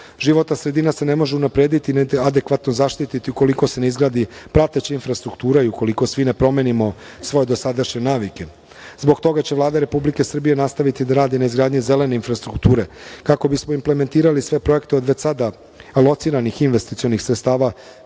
Životna sredina se ne može unaprediti, niti adekvatno zaštiti ukoliko se ne izgradi prateća infrastruktura i ukoliko svi ne promenimo svoje dosadašnje navike. Zbog toga će Vlada Republike Srbije nastaviti da radi na izgradnji zelene infrastrukture kako bi smo implementirali sve projekte od već sada, a od lociranih investicionih sredstava